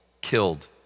killed